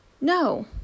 no